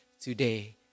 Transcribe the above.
today